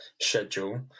schedule